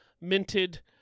minted